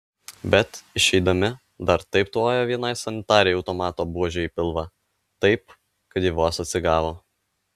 bet išeidami dar taip tvojo vienai sanitarei automato buože į pilvą taip kad ji vos atsigavo